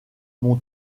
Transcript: mon